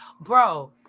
Bro